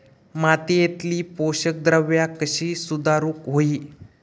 मातीयेतली पोषकद्रव्या कशी सुधारुक होई?